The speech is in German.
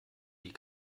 die